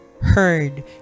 heard